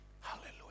Hallelujah